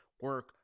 Work